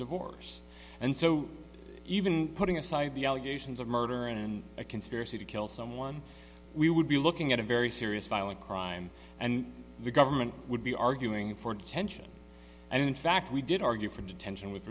divorce and so even putting aside the allegations of murder and a conspiracy to kill someone we would be looking at a very serious violent crime and the government would be arguing for detention and in fact we did argue for detention with